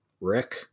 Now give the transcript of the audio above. Rick